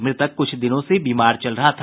मृतक कुछ दिनों से बीमार चल रहा था